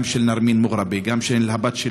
גם של נארמין אל-מוגרבי ושל הבת,